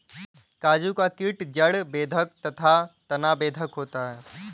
काजू का कीट जड़ बेधक और तना बेधक है